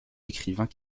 écrivains